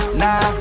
nah